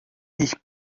ich